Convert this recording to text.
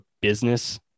business